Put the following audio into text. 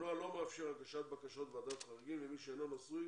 הנוהל לא מאפשר הגשת בקשות לוועדת חריגים למי שאינו נשוי